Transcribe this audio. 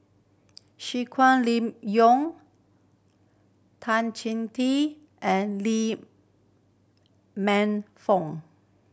Tan Tee and Lee Man Fong